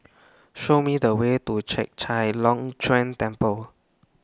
Show Me The Way to Chek Chai Long Chuen Temple